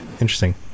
interesting